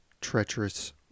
treacherous